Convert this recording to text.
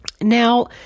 Now